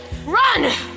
Run